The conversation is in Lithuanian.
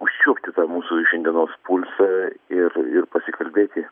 užčiuopti tą mūsų šiandienos pulsą ir ir pasikalbėti